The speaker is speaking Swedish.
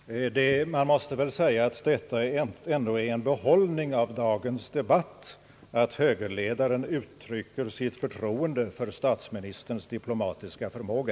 Herr talman! Man måste säga att det ändå är en behållning av dagens debatt, att högerledaren uttrycker sitt förtroende för statsministerns diplomatiska förmåga!